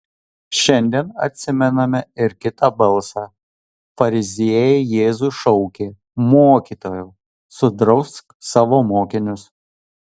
šiandien atsimename ir kitą balsą fariziejai jėzui šaukė mokytojau sudrausk savo mokinius